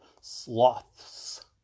Sloths